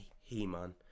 He-Man